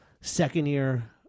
second-year